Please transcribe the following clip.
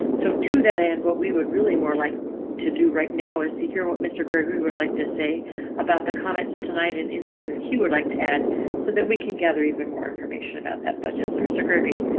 so to that end, what we would really more like to do right now is to hear what mr. gregory would like to say about the comet tonight in anything that he would like to add so that we can gather even more information about that budget. so mr. gregory,